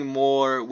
more